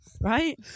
Right